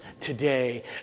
today